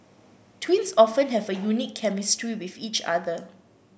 twins often have a unique chemistry with each other